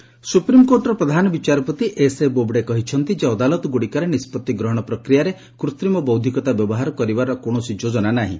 CJI Nagpur ସୁପ୍ରିମକୋର୍ଟର ପ୍ରଧାନ ବିଚାରପତି ଏସ୍ଏ ବୋବଡେ କହିଛନ୍ତି ଯେ ଅଦାଲତଗୁଡ଼ିକରେ ନିଷ୍ପଭି ଗ୍ରହଣ ପ୍ରକ୍ରିୟାରେ କୃତ୍ରିମ ବୌଦ୍ଧିକତା ବ୍ୟବହାର କରିବାର କୌଣସି ଯୋଜନା ନାହିଁ